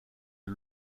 les